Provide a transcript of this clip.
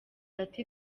ati